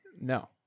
No